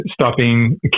stopping